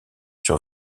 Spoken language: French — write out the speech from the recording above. sur